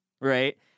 Right